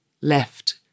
left